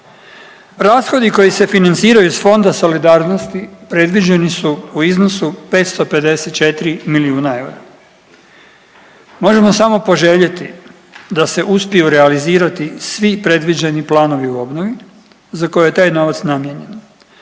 Rashodi koji se financiraju iz Fonda solidarnosti predviđeni su u iznosu 554 milijuna eura, možemo samo poželjeti da se uspiju realizirati svi predviđeni planovi u obnovi za koje je taj novac namijenjen,